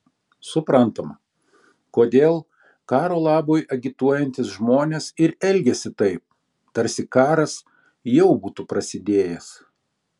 suprantama kodėl karo labui agituojantys žmonės ir elgiasi taip tarsi karas jau būtų prasidėjęs